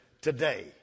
today